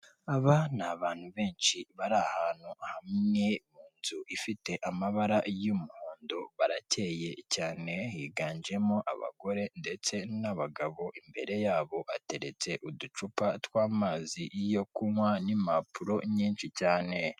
Aba ni abantu benshi bari ahantu hamwe mu nzu ifite amabara y'umuhondo barakeye cyane higanjemo abagore ndetse n'abagabo imbere yabo hateretse uducupa tw'amazi yo kunywa n'impapuro nyinshi cyane.